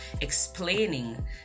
explaining